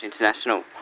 International